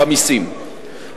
במסים,